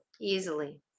easily